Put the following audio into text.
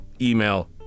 email